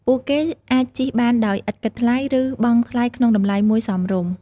ពួកគេអាចជិះបានដោយឥតគិតថ្លៃ ឬបង់ថ្លៃក្នុងតម្លៃមួយសមរម្យ។